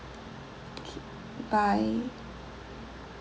okay bye